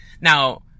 Now